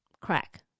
crack